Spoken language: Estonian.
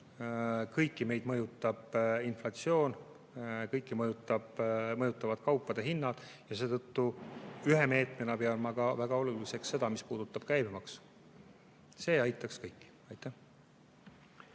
kõiki meid mõjutab inflatsioon, kõiki mõjutavad kaupade hinnad ja seetõttu ühe meetmena pean ma väga oluliseks ka seda, mis puudutab käibemaksu, sest see aitaks kõiki. Aitäh!